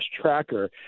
tracker